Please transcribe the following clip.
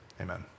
Amen